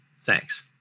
Thanks